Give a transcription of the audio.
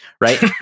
Right